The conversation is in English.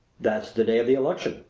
that's the day of the election!